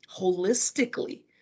holistically